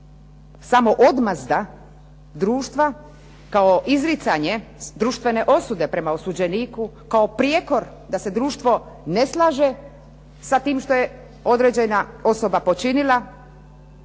samo odmazda društva kao izricanje društvene osude prema osuđeniku kao prijekor da se društvo ne slaže sa tim što je određena osoba počinila,